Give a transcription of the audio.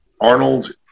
Arnold